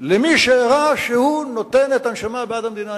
למי שהראה שהוא נותן את הנשמה בעד המדינה,